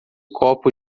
copo